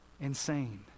insane